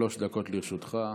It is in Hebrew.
שלוש דקות לרשותך.